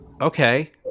okay